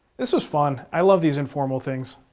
this was fun. i love these informal things